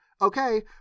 okay